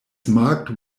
marked